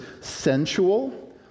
sensual